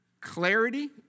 clarity